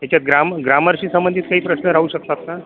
याच्यात ग्राम ग्रामरशी संबंधित काही प्रश्न राहू शकतात का